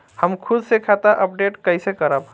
हम खुद से खाता अपडेट कइसे करब?